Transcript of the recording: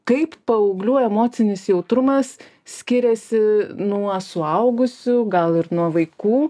kaip paauglių emocinis jautrumas skiriasi nuo suaugusių gal ir nuo vaikų